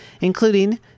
including